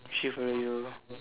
is she following you